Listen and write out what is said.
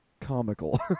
comical